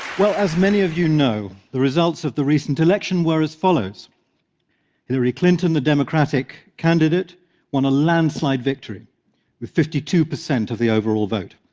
well, as many of you know, the results of the recent election were as follows hillary clinton, the democratic candidate won a landslide victory with fifty two percent of the overall vote.